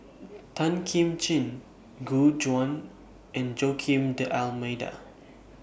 Tan Kim Ching Gu Juan and Joaquim D'almeida